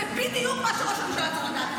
זה בדיוק מה שראש הממשלה צריך לדעת.